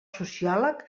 sociòleg